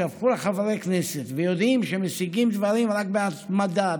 שהפכו לחברי כנסת ויודעים שמשיגים דברים רק בהתמדה,